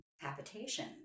habitation